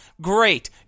great